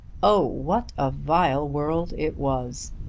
oh, what a vile world it was!